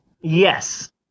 Yes